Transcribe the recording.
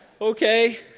Okay